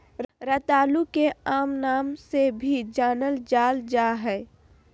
रतालू के आम नाम से भी जानल जाल जा हइ